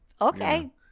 Okay